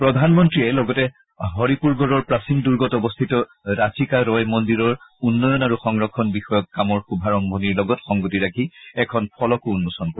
প্ৰধানমন্ত্ৰীয়ে লগতে হৰিপুৰগড়ৰ প্ৰাচীন দুৰ্গত অৱস্থিত ৰাছিকা ৰয় মন্দিৰৰ উন্নয়ন আৰু সংৰক্ষণ বিষয়ক কামৰ শুভাৰম্ভণিৰ লগত সংগতি ৰাখি এখন ফলকো উন্মোচন কৰিব